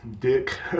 dick